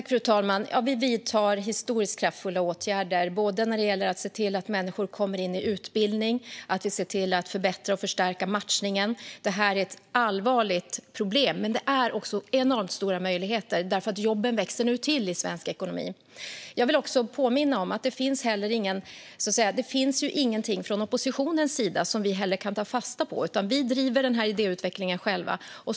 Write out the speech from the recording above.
Fru talman! Vi vidtar historiskt kraftfulla åtgärder för att se till att människor kommer i utbildning och för att förbättra och förstärka matchningen. Det här är ett allvarligt problem, men det finns också enormt stora möjligheter, för jobben växer nu till i svensk ekonomi. Jag vill också påminna om att det inte finns någonting från oppositionens sida som vi kan ta fasta på. Vi driver idéutvecklingen själva.